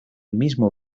mismo